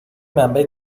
منبع